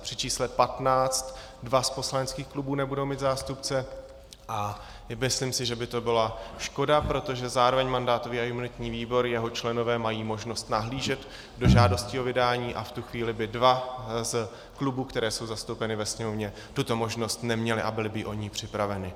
Při čísle 15 dva z poslaneckých klubů nebudou mít zástupce a myslím si, že by to byla škoda, protože zároveň mandátový a imunitní výbor, jeho členové mají možnost nahlížet do žádostí o vydání a v tu chvíli by dva z klubů, které jsou zastoupeny ve Sněmovně, tuto možnost neměly a byly by o ni připraveny.